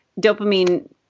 dopamine